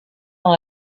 dans